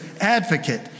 advocate